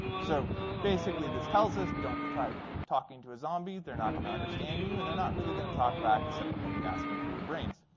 so basically, this tells us, don't try talking to a zombie. they're not going to understand you. and they're not really going to talk back, except for maybe asking for your brains.